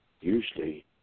usually